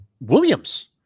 Williams